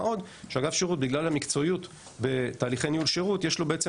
מה עוד שאגף שירות בגלל המקצועיות בתהליכי ניהול שירות - יש לו בעצם